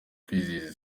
kwizihiza